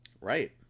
Right